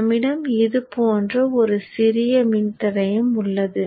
நம்மிடம் இது போன்ற ஒரு சிறிய மின்தடையம் உள்ளது